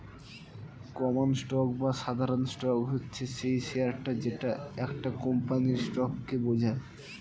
common stock বা সাধারণ stock হচ্ছে সেই শেয়ারটা যেটা একটা কোম্পানির স্টককে বোঝায়